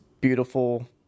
beautiful